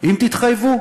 אם תתחייבו,